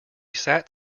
sat